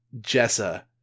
Jessa